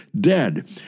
dead